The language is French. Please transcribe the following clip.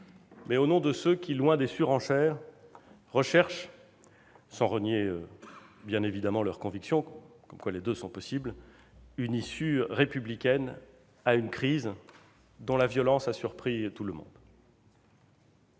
mais au nom de ceux qui, loin des surenchères, recherchent, sans renier bien évidemment leurs convictions- comme quoi les deux sont possibles -, une issue républicaine à une crise dont la violence a surpris tout le monde.